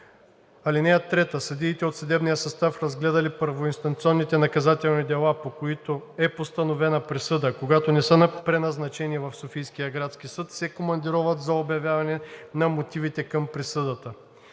по тях. (3) Съдиите от съдебния състав, разгледали първоинстанционните наказателни дела, по които е постановена присъда, когато не са преназначени в Софийския градски съд, се командироват за обявяване на мотивите към присъдата.